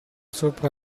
sopra